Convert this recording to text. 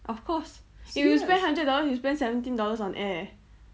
of course if you spend hundred dollars you spend seventeen dollars on air